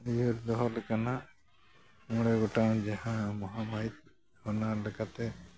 ᱩᱭᱦᱟᱹᱨ ᱫᱚᱦᱚ ᱞᱮᱠᱟᱱᱟᱜ ᱢᱚᱬᱮ ᱜᱚᱴᱟᱱ ᱡᱟᱦᱟᱸ ᱢᱚᱦᱟ ᱢᱟᱹᱦᱤᱛ ᱚᱱᱟ ᱞᱮᱠᱟᱛᱮ